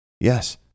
Yes